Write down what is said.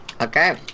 okay